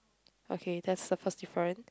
okay that's the first difference